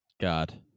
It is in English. God